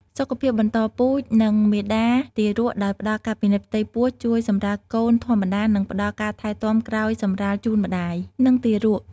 សុខភាពបន្តពូជ និងមាតា-ទារក ដោយផ្តល់ការពិនិត្យផ្ទៃពោះ ជួយសម្រាលកូនធម្មតា និងផ្តល់ការថែទាំក្រោយសម្រាលជូនម្តាយ និងទារក។